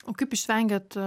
o kaip išvengiat